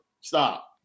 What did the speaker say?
stop